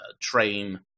train